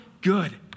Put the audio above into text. good